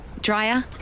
Dryer